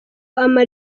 ama